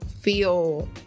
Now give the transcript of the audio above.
feel